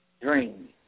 dream